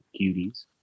Cuties